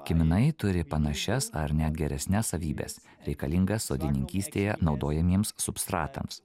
kiminai turi panašias ar net geresnes savybes reikalingas sodininkystėje naudojamiems substratams